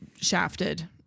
shafted